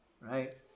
right